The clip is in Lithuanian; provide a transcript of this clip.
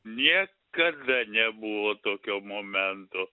niekada nebuvo tokio momento